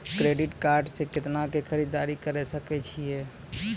Credit card से कितना के खरीददारी करे सकय छियै?